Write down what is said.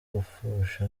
gupfusha